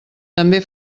també